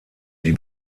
die